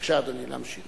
בבקשה, אדוני, תמשיך.